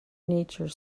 nature